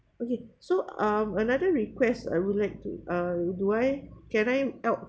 okay so um another request I would like to uh do I can I opt